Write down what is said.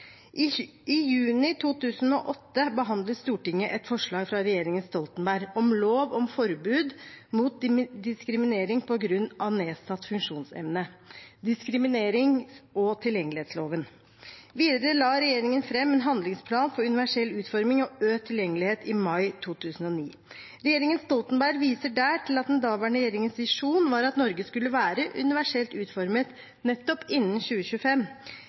I juni 2008 behandlet Stortinget et forslag fra regjeringen Stoltenberg om lov om forbud mot diskriminering på grunn av nedsatt funksjonsevne: diskriminerings- og tilgjengelighetsloven. Videre la regjeringen fram en handlingsplan for universell utforming og økt tilgjengelighet i mai 2009. Regjeringen Stoltenberg viste der til at den daværende regjeringens visjon var at Norge skulle være universelt utformet nettopp innen 2025.